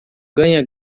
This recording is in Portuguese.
ganha